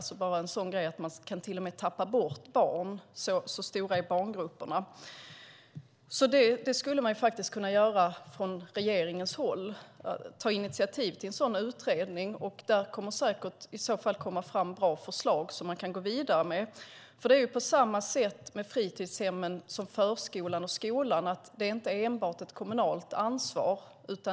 Ta bara en sådan sak som att man till och med kan tappa bort barn; så stora är barngrupperna. Från regeringshåll skulle man kunna ta initiativ till en utredning där det i så fall säkert kommer fram bra förslag som man kan gå vidare med. Det är på samma sätt med fritidshemmen som med förskolan och skolan, att det inte är enbart ett kommunalt ansvar.